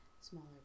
smaller